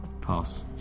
Pass